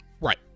Right